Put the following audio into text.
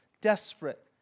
desperate